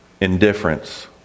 Indifference